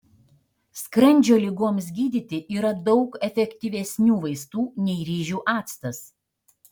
skrandžio ligoms gydyti yra daug efektyvesnių vaistų nei ryžių actas